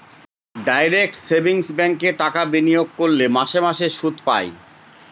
direct savings ব্যাঙ্কে টাকা বিনিয়োগ করলে মাসে মাসে সুদ পায়